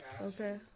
Okay